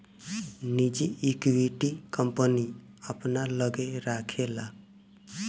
निजी equity, company अपना लग्गे राखेला